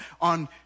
on